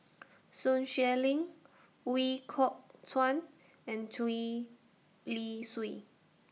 Sun Xueling Ooi Kok Chuen and Gwee Li Sui